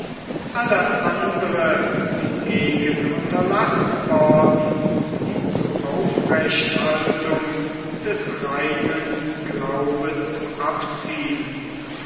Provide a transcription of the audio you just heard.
alle andern hingegen unterlassen worden die zu aufrechthaltung des reinen glaubens abzielen